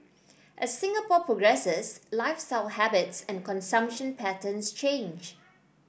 as Singapore progresses lifestyle habits and consumption patterns change